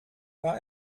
war